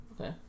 Okay